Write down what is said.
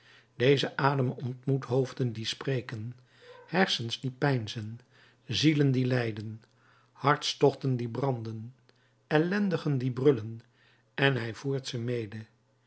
deze adem ontmoet hoofden die spreken hersens die peinzen zielen die lijden hartstochten die branden ellendigen die brullen en hij voert ze mede